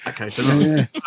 Okay